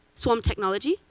swarm technology.